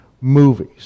movies